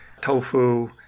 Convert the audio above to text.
tofu